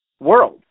world